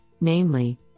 namely